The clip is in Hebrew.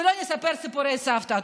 ולא נספר סיפורי סבתא.